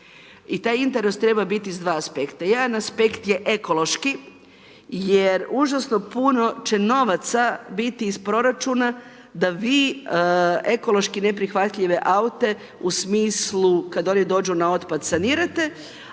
i taj interes treba biti s 2 aspekta, jedan aspekt je ekološki, jer užasno puno će novaca biti iz proračuna, da vi, ekološki neprihvatljive aute, u smislu kada oni dođu na otpad sanirate,